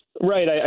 Right